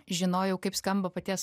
žinojau kaip skamba paties